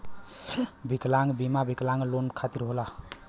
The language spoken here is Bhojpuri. विकलांग बीमा विकलांग लोगन खतिर होला